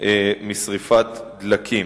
משרפת דלקים.